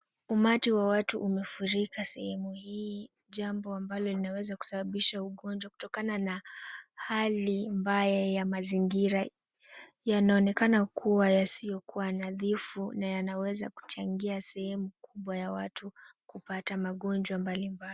Umati wa watu umefurika sehemu hii, jambo ambalo linaweza kusababisha ugonjwa kutokana na hali mbaya ya mazingira, yanaonekana kuwa yasiyokuwa nadhifu na yanaweza kuchangia sehemu kubwa ya watu kupata magonjwa mbalimbali.